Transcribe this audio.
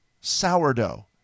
Sourdough